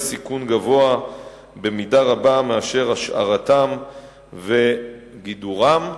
סיכון גבוה במידה רבה מהשארתם וגידורם.